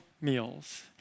meals